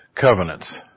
covenants